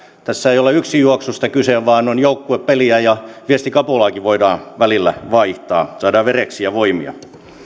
tässä ei ole yksinjuoksusta kyse vaan tämä on joukkuepeliä ja viestikapulaakin voidaan välillä vaihtaa saadaan vereksiä voimia